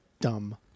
dumb